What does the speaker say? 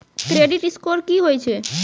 Credit score की होय छै?